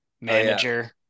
manager